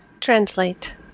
translate